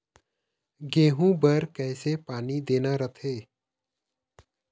गेहूं बर कइसे पानी देना रथे?